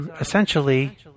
essentially